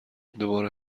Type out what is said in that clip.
دوباره